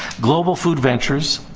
global food ventures,